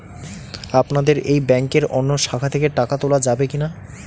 আপনাদের এই ব্যাংকের অন্য শাখা থেকে টাকা তোলা যাবে কি না?